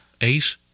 eight